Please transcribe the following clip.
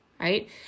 right